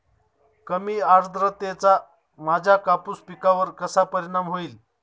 कमी आर्द्रतेचा माझ्या कापूस पिकावर कसा परिणाम होईल?